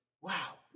wow